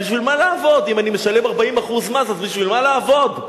אם אני משלם 40% מס, בשביל מה לעבוד?